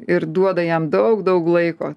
ir duoda jam daug daug laiko